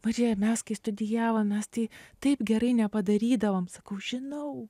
marija mes kai studijavom mes tai taip gerai nepadarydavom sakau žinau